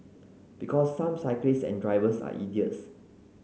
because some cyclists and drivers are idiots